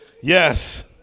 Yes